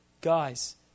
Guys